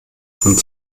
von